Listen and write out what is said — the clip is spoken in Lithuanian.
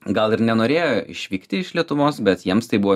gal ir nenorėjo išvykti iš lietuvos bet jiems tai buvo